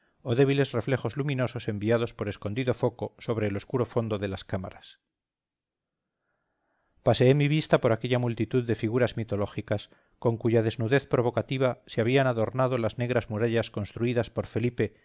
o débiles reflejos luminosos enviados por escondido foco sobre el oscuro fondo de las cámaras paseé mi vista por aquella multitud de figuras mitológicas con cuya desnudez provocativa se habían adornado las negras murallas construidas por felipe